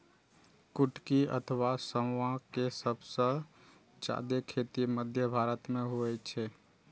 कुटकी अथवा सावां के सबसं जादे खेती मध्य भारत मे होइ छै